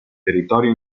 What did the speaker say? territorio